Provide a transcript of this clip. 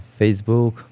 Facebook